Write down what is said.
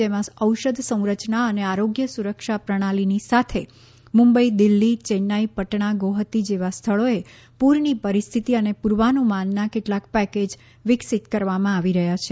જેમાં ઔષધ સંરચના અને આરોગ્ય સુરક્ષા પ્રણાલિની સાથે મુંબઇ દિલ્ફી ચેન્નાઇ પટણા ગૌહાતી જેવા સ્થાળોએ પૂરની પરિસ્થિતિ અને પૂર્વાનુમાનના કેટલાક પેકેજ વિકસિત કરવામાં આવી રહ્યા છે